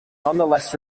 nonetheless